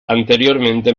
anteriormente